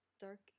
dark